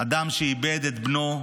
אדם שאיבד את בנו,